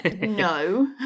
No